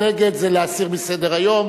נגד זה להסיר מסדר-היום.